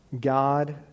God